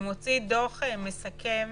ומוציא דוח מסכם